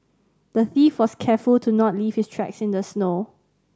the thief was careful to not leave his tracks in the snow